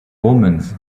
omens